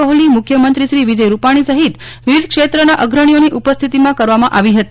કોહલીમુખ્યમંત્રી શ્રી વિજય રૂપાણી સહિત વિવિધ ક્ષેત્રના અગ્રણીઓની ઉપસ્થિતમાં કરવામાં આવી હતી